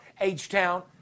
H-Town